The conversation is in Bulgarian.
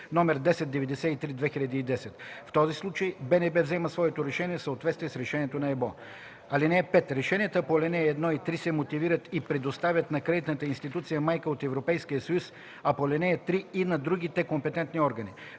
№ 1093/2010. В този случай БНБ взема своето решение в съответствие с решението на ЕБО. (5) Решенията по ал. 1 и 3 се мотивират и предоставят на кредитната институция майка от Европейския съюз, а по ал. 3 – и на другите компетентни органи.